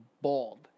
bald